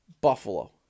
Buffalo